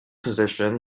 position